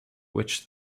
which